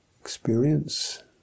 experience